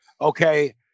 okay